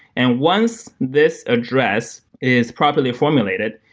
and once this address is properly formulated,